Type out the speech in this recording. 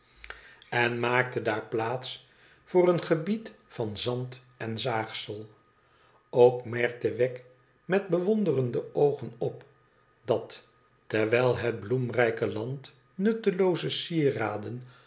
en maakte daar plaats voor een gebied van zand en zaagsel ook merkte wegg met bewonderende oogen op dat terwijl het bloemrijke land nnttelooze sieraden